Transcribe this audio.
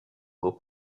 pour